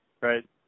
right